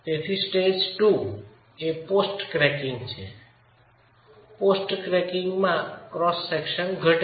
stage II એ post cracking છે post ક્રેકીંગમાં ક્રોસ સેક્શન ઘટેલુ છે